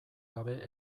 gabe